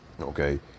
okay